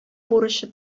бурычы